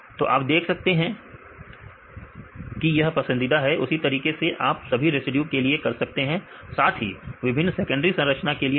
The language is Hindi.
तो आप देख सकते हैं कि यह पसंदीदा है उसी तरीके से आप सभी रेसिड्यू के लिए कर सकते हैं साथ ही विभिन्न सेकेंडरी संरचना के लिए भी